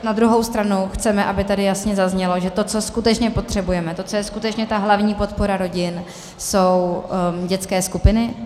Na druhou stranu chceme, aby tady jasně zaznělo, že to, co skutečně potřebujeme, to, co je skutečně ta hlavní podpora rodin, jsou dětské skupiny.